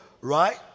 right